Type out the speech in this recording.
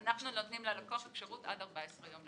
אנחנו נותנים ללקוח אפשרות עד 14 יום.